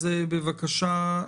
בבקשה,